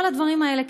כל הדברים האלה,